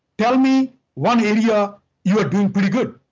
tell me one area you are doing pretty good,